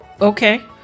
Okay